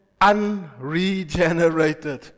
unregenerated